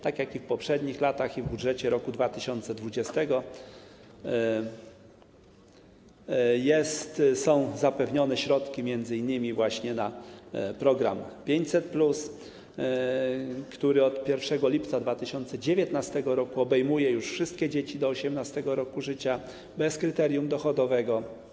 Tak jak w poprzednich latach, tak i w budżecie roku 2020 są zapewnione środki m.in. właśnie na program 500+, który od 1 lipca 2019 r. obejmuje już wszystkie dzieci do 18. roku życia bez kryterium dochodowego.